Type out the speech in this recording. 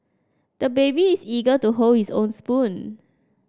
the baby is eager to hold his own spoon